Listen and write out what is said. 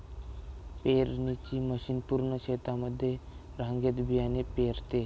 पेरणीची मशीन पूर्ण शेतामध्ये रांगेत बियाणे पेरते